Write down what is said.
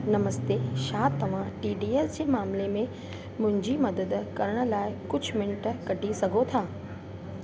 नमस्ते छा तव्हां टीडीएस जे मामले में मुंहिंजी मदद करण लाइ कुझु मिंट कढी सघो था